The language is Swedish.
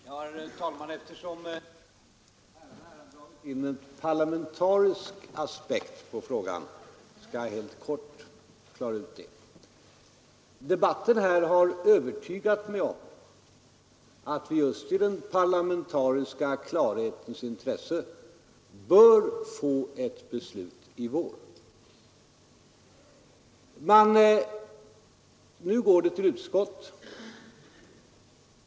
Herr talman! Eftersom herrarna har dragit in en parlamentarisk aspekt på frågan skall jag helt kort klara ut begreppen. Debatten här har övertygat mig om att vi just i den parlamentariska klarhetens intresse bör få ett beslut i vår. Nu går propositionen till utskott för behandling.